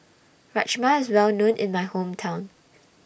Rajma IS Well known in My Hometown